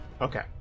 Okay